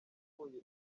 wakuye